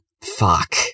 fuck